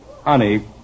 Honey